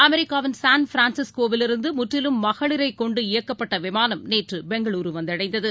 அமெரிக்காவின் சான் பிரான்சிஸ்கோவிலிருந்தமுற்றிலும் மகளிரைக் கொண்டு இயக்கப்பட்டவிமானம் நேற்றுபெங்களுருவந்தடைந்தது